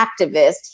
activist